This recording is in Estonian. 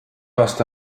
aasta